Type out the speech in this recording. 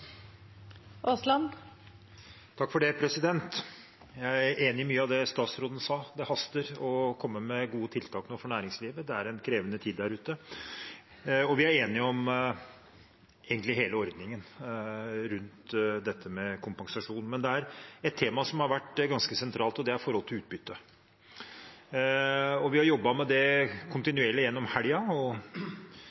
nå, for det er en krevende tid der ute. Vi er enige om egentlig hele ordningen rundt kompensasjon, men det er ett tema som har vært ganske sentralt, og det er utbytte. Vi har jobbet med det kontinuerlig gjennom helgen, og ikke minst har Finansdepartementet og andre bidratt for å prøve å finne løsninger. En av tingene en har diskutert, er muligheten for å gjøre det